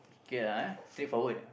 K lah eh straightforward lah